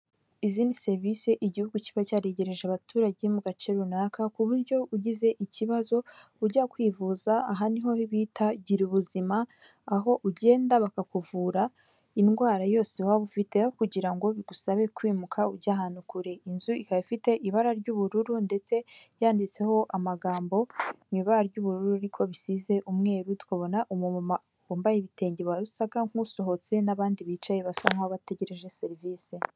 Izi ni serivisi Igihugu kiba cyaregereje abaturage mu gace runaka, ku buryo ugize ikibazo ujya kwivuza, aha niho bita gira ubuzima, aho ugenda bakakuvura indwara yose waba ufite aho kugira ngo bigusabe kwimuka ujye ahantu kure. Inzu ikaba ifite ibara ry'ubururu ndetse yanditseho amagambo mu ibara ry'ubururu ariko bisize umweru, tukabona umumama wambaye ibitenge wasaga nk'usohotse n'abandi bicaye basa nk'abategereje serivisi.